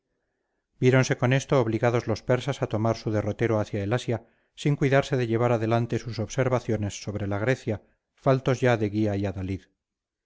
viéronse con esto obligados los persas a tomar su derrotero hacia el asia sin cuidarse de llevar adelante sus observaciones sobre la grecia faltos ya de guía y adalid